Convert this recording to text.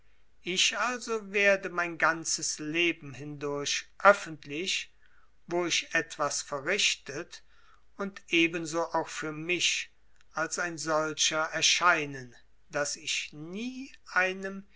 ich also werde mein ganzes leben hindurch öffentlich wo ich etwas verrichtet und ebenso auch für mich als ein solcher erscheinen daß ich nie einem